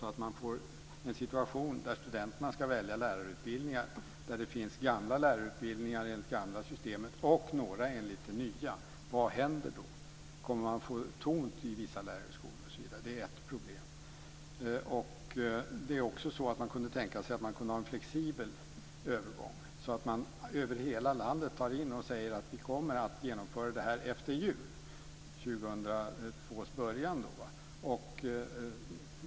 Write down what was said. Då får man en situation där studenterna ska välja lärarutbildningar och det finns gamla lärarutbildningar enligt det gamla systemet och några enligt det nya systemet. Vad händer då? Kommer det att bli tomt i vissa lärarhögskolor? Det är ett problem. Man kunde också tänka sig att ha en flexibel övergång. Över hela landet kunde man ta in studenter och säga att man kommer att genomföra det här efter jul, i början av 2002.